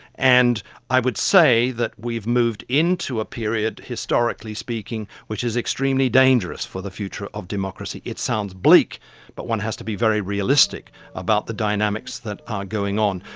and i would say that we've moved into a period, historically speaking, which is extremely dangerous for the future of democracy. it sounds bleak but one has to be very realistic about the dynamics that are going on.